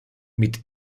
mit